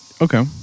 Okay